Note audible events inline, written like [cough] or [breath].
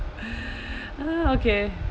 [breath] uh okay